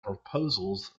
proposals